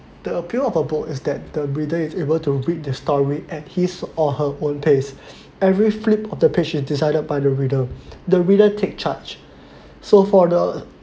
the appeal of a book is that the reader is able to read the story at his or her own pace every flip of the pages decided by the reader the reader take charge so for the